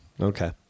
Okay